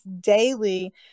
daily